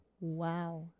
Wow